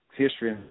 history